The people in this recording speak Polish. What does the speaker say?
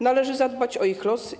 Należy zadbać o ich los.